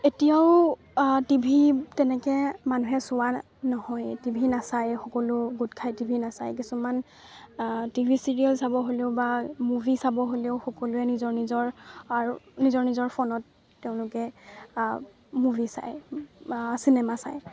এতিয়াও TV তেনেকৈ মানুহে চোৱা নহয় টি ভি নাচায় সকলো গোট খাই টি ভি নাচায় কিছুমান টি ভি চিৰিয়েল চাব হ'লেও বা মুভি চাব হ'লেও সকলোৱে নিজৰ নিজৰ আৰু নিজৰ নিজৰ ফোনত তেওঁলোকে মুভি চায় বা চিনেমা চায়